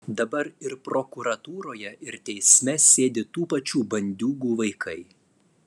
dabar ir prokuratūroje ir teisme sėdi tų pačių bandiūgų vaikai